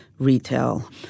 retail